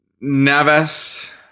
Navas